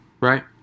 right